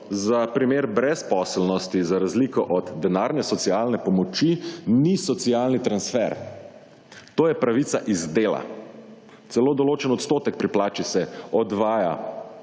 za primer brezposelnosti za razliko od denarne socialne pomoči ni socialni transfer. To je pravica iz dela. Celo določen odstotek pri plači se odvaja